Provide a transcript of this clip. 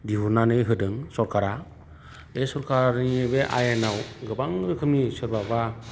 दिहुन्नानै होदों सरकारा बे सरकारनि बे आयेनाव गोबां रोखोमनि सोरबाबा